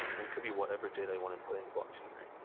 and could be whatever data i want to put in the blockchain, right?